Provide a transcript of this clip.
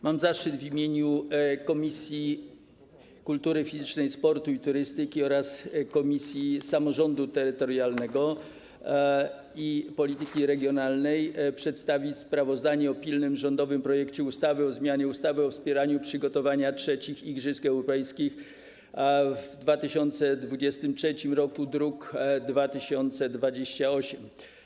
Mam zaszczyt w imieniu Komisji Kultury Fizycznej, Sportu i Turystyki oraz Komisji Samorządu Terytorialnego i Polityki Regionalnej przedstawić sprawozdanie dotyczące pilnego rządowego projektu ustawy o zmianie ustawy o wsparciu przygotowania III Igrzysk Europejskich w 2023 r., druk nr 2028.